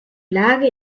lage